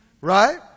right